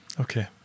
Okay